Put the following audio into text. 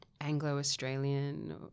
Anglo-Australian